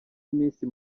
iminsi